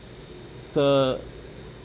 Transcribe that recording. the